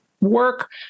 work